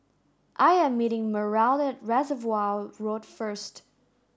I am meeting Meryl at Reservoir Road first